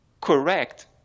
correct